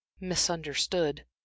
misunderstood